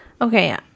Okay